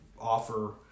offer